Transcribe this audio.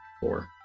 four